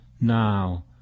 now